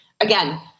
again